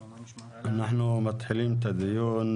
אנחנו מתחילים את הדיון,